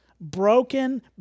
broken